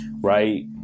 right